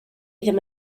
ddim